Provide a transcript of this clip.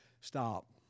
stop